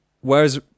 whereas